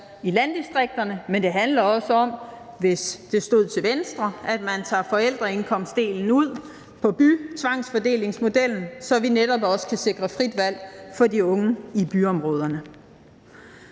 i landdistrikterne, men det handler også om, hvis det stod til Venstre, at man tager forældreindkomstdelen ud af bytvangsfordelingsmodellen, så vi netop også kan sikre frit valg for de unge i byområderne.